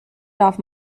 darf